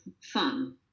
fun